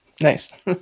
Nice